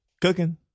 Cooking